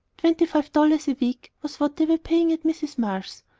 twenty-five dollars a week was what they were paying at mrs. marsh's.